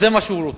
זה מה שהוא רוצה,